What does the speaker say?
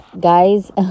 guys